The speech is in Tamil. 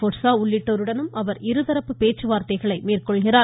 போர்ஸா உள்ளிட்டோருடனும் அவர் இருதரப்பு பேச்சுவார்த்தைகளை மேற்கொள்கிறார்